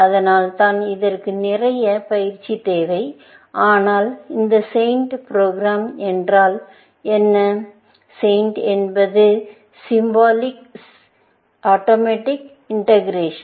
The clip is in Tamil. அதனால்தான் இதற்கு நிறைய பயிற்சி தேவை ஆனால் இந்த SAINT ப்ரோக்ராம் என்றால் என்ன SAINT என்பது சிம்பாலிக் ஆட்டோமேட்டிக் இன்டெகிரஷன்